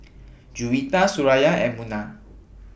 Juwita Suraya and Munah